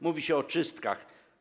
Mówi się o czystkach.